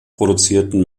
produzierten